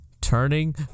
turning